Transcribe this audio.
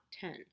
ten